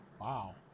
Wow